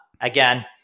Again